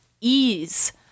ease